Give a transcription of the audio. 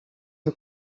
you